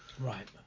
Right